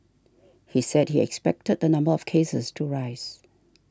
he said he expected the number of cases to rise